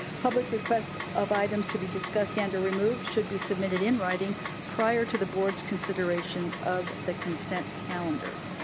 public requests of items to be discussed and or removed should be submitted in writing prior to the board's consideration of the consent calendar.